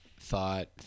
thought